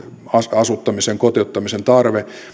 asuttamisen ja kotouttamisen tarve